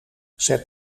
zet